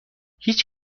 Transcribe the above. هیچ